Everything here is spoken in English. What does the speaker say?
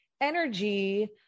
energy